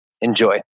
Enjoy